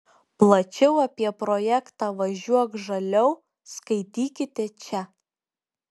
plačiau apie projektą važiuok žaliau skaitykite čia